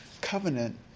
covenant